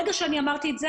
אחרי שאמרתי את זה,